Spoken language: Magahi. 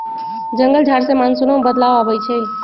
जंगल झार से मानसूनो में बदलाव आबई छई